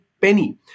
penny